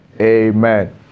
Amen